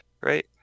right